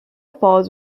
falls